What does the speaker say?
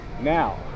Now